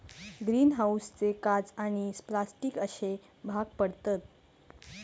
green हाऊसचे काच आणि प्लास्टिक अश्ये भाग पडतत